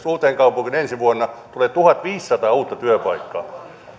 uuteenkaupunkiin ensi vuonna tulee tuhatviisisataa uutta työpaikkaa